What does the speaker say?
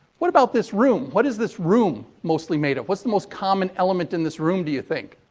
what about this room? what is this room mostly made of? what's the most common element in this room, do you think?